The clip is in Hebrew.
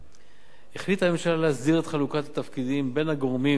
החליטה הממשלה להסדיר את חלוקת התפקידים בין הגורמים